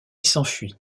s’enfuit